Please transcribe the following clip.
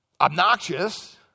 obnoxious